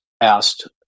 asked